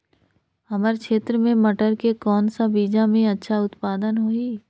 हमर क्षेत्र मे मटर के कौन सा बीजा मे अच्छा उत्पादन होही?